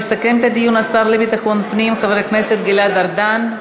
יסכם את הדיון השר לביטחון הפנים חבר הכנסת גלעד ארדן.